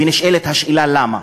ונשאלת השאלה למה: